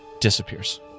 disappears